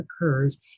occurs